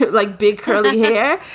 like big curly hair.